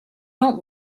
don’t